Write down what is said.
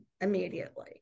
immediately